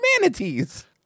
manatees